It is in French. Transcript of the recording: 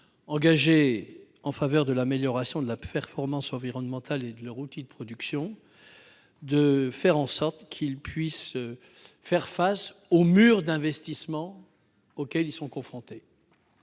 engagées en faveur de l'amélioration de la performance environnementale et de leur outil de production les moyens de faire face au mur d'investissements auquel elles sont confrontées.